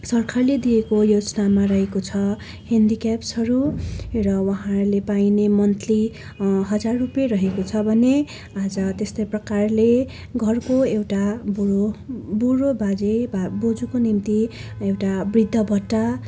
सरकारले दिएको यो स्थानमा रहेको छ हेन्डिकेप्सहरू र उहाँहरूले पाइने मन्थली हजार रुपियाँ रहेको छ भने आज त्यस्तै प्रकारले घरको एउटा बुढो बुढो बाजे बा बोजूको निम्ति एउटा वृद्ध भत्ता